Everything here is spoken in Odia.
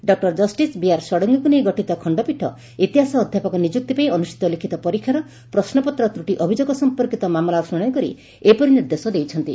ଡକୁର ଜଷ୍ଟିସ୍ ବିଆର୍ ଷଡ୍ଙଙଙୀଙ୍କୁ ନେଇ ଗଠିତ ଖଣ୍ଡପୀଠ ଇତିହାସ ଅଧ୍ୟାପକ ନିଯୁକ୍ତି ପାଇଁ ଅନୁଷିତ ଲିଖ୍ତ ପରୀକ୍ଷାର ପ୍ରଶ୍ୱପତ୍ର ତ୍ରଟି ଅଭିଯୋଗ ସଂପର୍କିତ ମାମଲାର ଶୁଶାଶି କରି ଏପରି ନିର୍ଦ୍ଦେଶ ଦେଇଛନ୍ତି